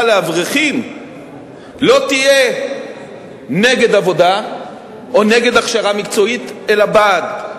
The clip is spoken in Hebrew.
לאברכים לא תהיה נגד עבודה או נגד הכשרה מקצועית אלא בעד,